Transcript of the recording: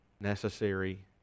necessary